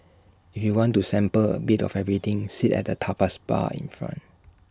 if you want to sample A bit of everything sit at the tapas bar in front